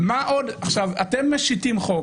אתם משיתים חוק